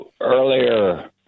earlier